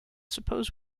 suppose